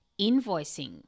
invoicing